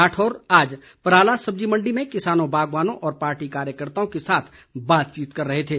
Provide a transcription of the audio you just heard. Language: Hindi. राठौर आज पराला सब्जी मंडी में किसानों बागवानों और पार्टी कार्यकर्ताओं के साथ बातचीत कर रहे थे